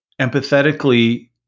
empathetically